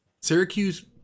Syracuse